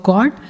God